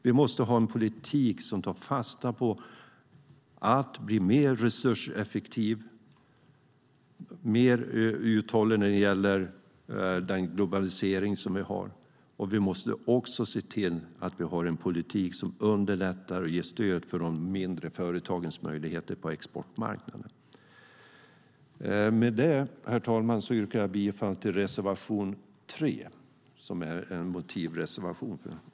Vi måste ha en politik som tar fasta på att vara mer resurseffektiv och uthållig i globaliseringen, och vi måste också se till att det finns en politik som underlättar och ger stöd för de mindre företagens möjligheter på exportmarknaden. Herr talman! Jag yrkar bifall till reservation 3, som är en motivreservation.